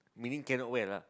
meaning cannot wear la